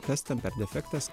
kas ten per defektas